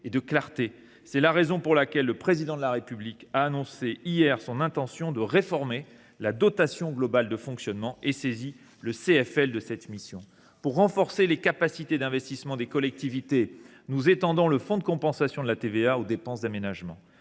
et de clarté. C’est la raison pour laquelle le Président de la République a annoncé hier son intention de réformer la dotation globale de fonctionnement et saisi le Comité des finances locales (CFL) de cette mission. Pour renforcer les capacités d’investissement des collectivités, nous étendons le fonds de compensation pour la taxe sur la valeur